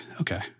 okay